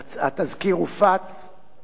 ולא עלה אפילו לדיון בממשלה.